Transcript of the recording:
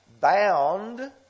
bound